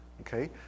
Okay